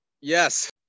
Yes